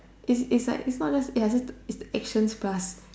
it's it's like it's not just like is the action stuff